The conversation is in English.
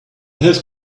have